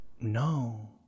no